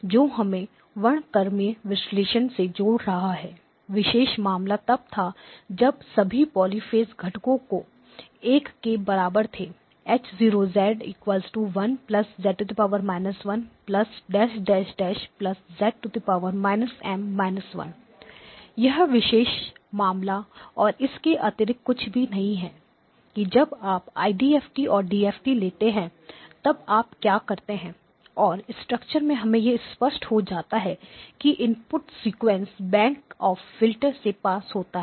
जो हमें वर्णक्रमीय विश्लेषण से जोड़ रहा है विशेष मामला तब था जब सभी पॉलीपेज़ घटको एक के बराबर थे H 1 z−1 z−M−1 यह विशेष मामला और इसके अतिरिक्त कुछ भी नहीं कि जब आप आईडीएफटी और डीएफटी DFT लेते हैं तब आप क्या करते हैं और स्ट्रक्चर से हमें यह स्पष्ट हो जाता है कि input sequence bank of filter से पास होता है